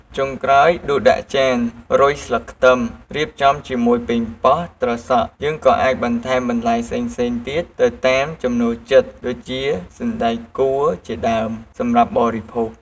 ចុងក្រោយ ដួសដាក់ចាន រោយស្លឹកខ្ទឹម រៀបចំជាមួយប៉េងប៉ោះ ត្រសក់ យើងក៏អាចបន្ថែមបន្លែផ្សេងៗទៀតទៅតាមចំណូលចិត្ត ដូចជា សណ្តែកគួរជាដើម សម្រាប់បរិភោគ។